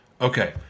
Okay